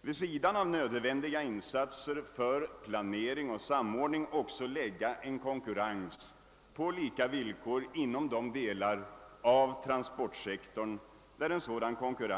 vid sidan av nödvändiga insatser för planering och samordning, lägga en konkurrens på lika villkor inom de delar av transportsektorn där det är möjligt.